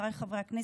חבריי חברי הכנסת,